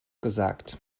gesagt